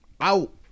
out